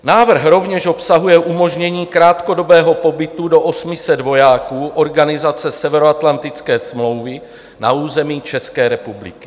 Návrh rovněž obsahuje umožnění krátkodobého pobytu do 800 vojáků organizace Severoatlantické smlouvy na území České republiky.